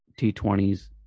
T20s